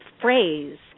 phrase